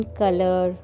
color